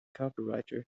copywriter